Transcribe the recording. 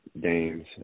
games